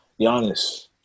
Giannis